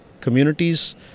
communities